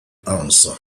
answer